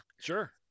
Sure